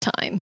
Time